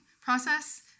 process